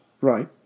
Right